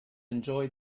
enjoy